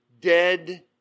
dead